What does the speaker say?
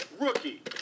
Rookie